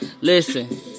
Listen